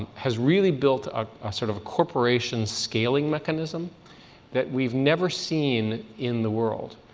has really built a sort of a corporation scaling mechanism that we've never seen in the world.